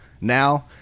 now